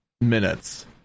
minutes